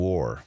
War